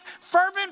fervent